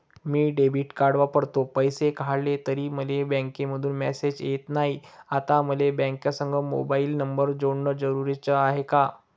मी debit card वापरतो, पैसे काढले तरी मले बँकेमंधून मेसेज येत नाय, आता मले बँकेसंग मोबाईल नंबर जोडन जरुरीच हाय का?